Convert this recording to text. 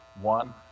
One